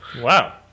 Wow